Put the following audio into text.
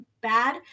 bad